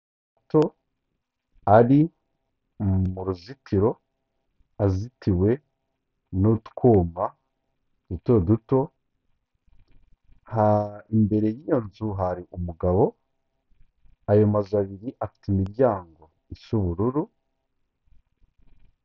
Amapoto ari mu ruzitiro, azitiwe n'utwuma duto duto, imbere y'iyo nzu hari umugabo, ayo mazu abiri afite imiryango isa ubururu.